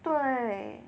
对